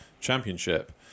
Championship